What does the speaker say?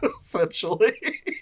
essentially